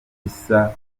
bisaba